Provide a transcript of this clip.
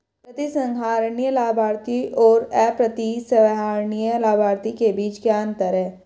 प्रतिसंहरणीय लाभार्थी और अप्रतिसंहरणीय लाभार्थी के बीच क्या अंतर है?